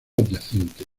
adyacente